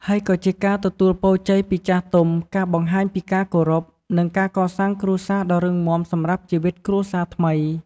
ហើយក៏ជាការទទួលពរជ័យពីចាស់ទុំ ការបង្ហាញពីការគោរព និងការកសាងគ្រួសារដ៏រឹងមាំសម្រាប់ជីវិតគ្រួសារថ្មី។